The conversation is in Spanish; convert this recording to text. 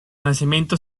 nacimiento